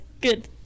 Good